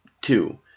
two